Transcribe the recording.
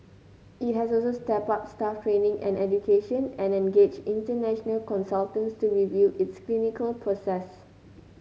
it has also stepped up staff training and education and engaged international consultants to review its clinical process